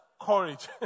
courage